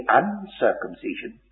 uncircumcision